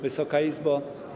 Wysoka Izbo!